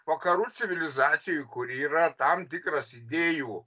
vakarų civilizacijoj kur yra tam tikras idėjų